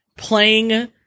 Playing